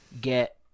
get